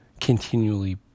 continually